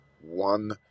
One